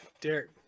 Derek